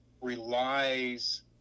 relies